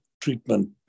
treatment